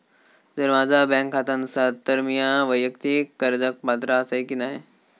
जर माझा बँक खाता नसात तर मीया वैयक्तिक कर्जाक पात्र आसय की नाय?